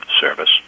Service